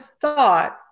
thought